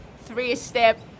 three-step